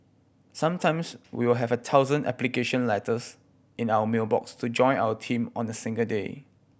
sometimes we will have a thousand application letters in our mail box to join our team on a single day